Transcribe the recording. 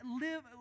live